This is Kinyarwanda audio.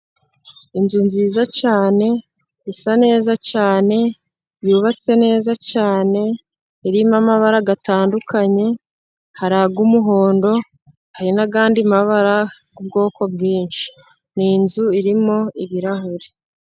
Inzu nziza cyane, isa neza cyane, yubatse neza cyane, irimo amabara atandukanye hari ay'umuhondo hari n'andi mabara y'ubwoko bwinshi, ni inzu irimo ibirahuri.